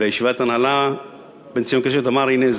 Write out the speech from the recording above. בישיבת ההנהלה בן-ציון קשת אמר: הנה,